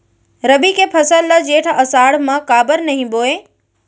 रबि के फसल ल जेठ आषाढ़ म काबर नही बोए?